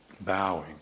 bowing